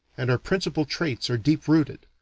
and our principal traits are deep-rooted.